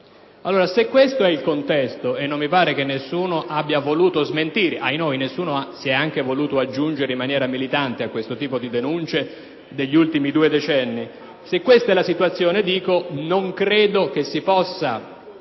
norme. Se questo è allora il contesto, e non mi pare che nessuno abbia voluto smentire (ahinoi, nessuno si è neanche voluto aggiungere in maniera militante a questo tipo di denunce degli ultimi due decenni), se questa è la situazione, non credo si possa oggi